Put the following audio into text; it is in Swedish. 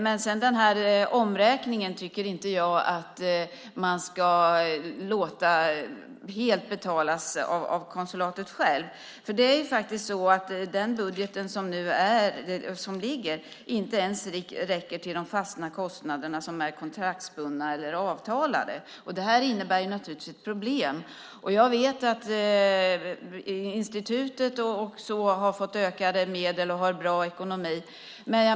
Men omräkningen tycker inte jag att man helt ska låta betalas av konsulatet självt. Den budget som nu ligger räcker inte ens till de fasta kostnader som är kontraktsbundna eller avtalade. Detta innebär naturligtvis ett problem. Jag vet att institutet har fått ökade medel och har bra ekonomi.